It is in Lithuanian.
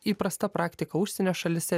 įprasta praktika užsienio šalyse